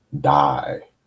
die